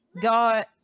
God